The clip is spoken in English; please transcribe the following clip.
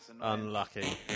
unlucky